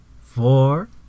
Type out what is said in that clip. four